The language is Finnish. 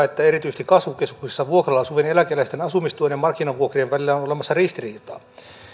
että erityisesti kasvukeskuksissa vuokralla asuvien eläkeläisten asumistuen ja markkinavuokrien välillä on olemassa ristiriitaa